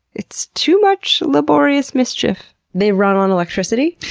it's too much laborious mischief! they run on electricity?